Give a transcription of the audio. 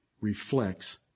reflects